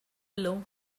below